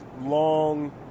long